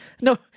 No